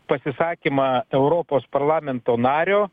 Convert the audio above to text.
pasisakymą europos parlamento nario